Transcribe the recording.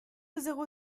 zéro